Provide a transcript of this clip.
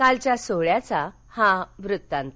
कालच्या सोहळ्याचा हा वृत्तांत